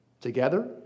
together